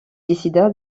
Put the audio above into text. décida